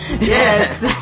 Yes